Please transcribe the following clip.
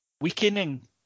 weakening